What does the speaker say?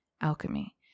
alchemy